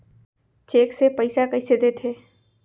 Cheque से पइसा कइसे देथे?